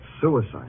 suicide